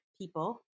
people